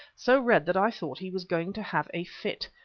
so red that i thought he was going to have a fit.